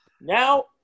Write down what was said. Now